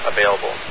Available